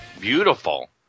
beautiful